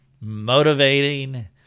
motivating